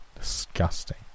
Disgusting